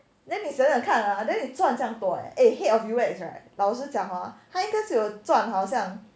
then 你想想看啊 then 你赚这样多 eh head of U_X right 老实讲话赚好像